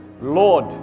lord